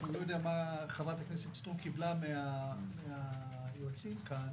לא יודע מה חברת הכנסת סטרוק קיבלה מהיועצים כאן